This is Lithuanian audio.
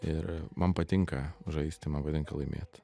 ir man patinka žaisti man patinka laimėt